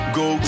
go